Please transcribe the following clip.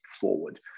forward